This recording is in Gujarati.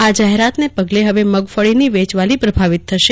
આ જાહેરાતના પગલે હવે મગફળીની વેચવાલી પ્રભાવિત થશે